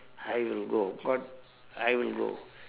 I will go but I will go